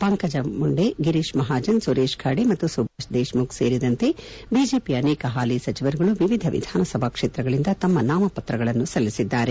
ಪಂಕಜ ಮುಂಡೆ ಗಿರೀಶ್ ಮಹಾಜನ್ ಸುರೇಶ್ ಖಾಡೆ ಮತ್ತು ಸುಭಾಷ್ ದೇಶ್ಮುಖ್ ಸೇರಿದಂತೆ ಬಿಜೆಪಿಯ ಅನೇಕ ಹಾಲಿ ಸಚಿವರುಗಳು ವಿವಿಧ ವಿಧಾನಸಭಾ ಕ್ಷೇತ್ರಗಳಿಂದ ತಮ್ಮ ನಾಮಪ್ರಗಳನ್ನು ಸಲ್ಲಿಸಿದ್ದಾರೆ